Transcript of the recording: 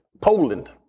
Poland